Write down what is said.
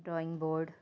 drawing board